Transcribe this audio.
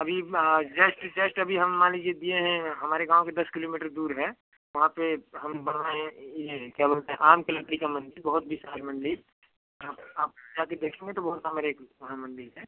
अभी just just अभी हम मान लीजिए दिए हैं हमारे गाँव के दस किलोमीटर दूर है वहाँ पर हम बनवाएँ हैं ये क्या बोलते हैं आम की लकड़ी का मंदिर बहुत विशाल मंदिर हाँ आप जाके देखेंगे तो बहुत नम्बर एक बड़ा मंदिर है